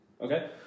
Okay